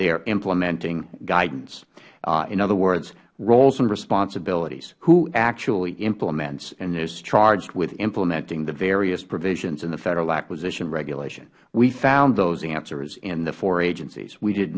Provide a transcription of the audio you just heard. their implementing guidance in other words roles and responsibilities who actually implements and is charged with implementing the various provisions in the federal acquisition regulation we found those answers in the four agencies we did